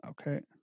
Okay